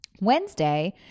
Wednesday